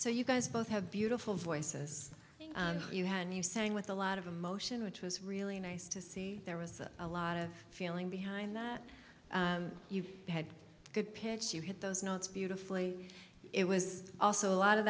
so you guys both have beautiful voices you had you sang with a lot of emotion which was really nice to see there was a lot of feeling behind that you had a good pitch you had those notes beautifully it was also a lot of